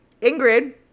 Ingrid